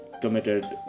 committed